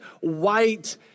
white